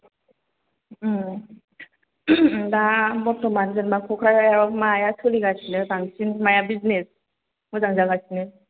दा बरथ'मान जेनैबा क'क्राझाराव माया सोलिगासिनो बांसिन माया बिजिनेस मोजां जागासिनो